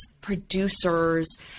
producers